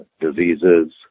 diseases